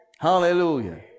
Hallelujah